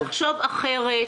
נחשוב אחרת.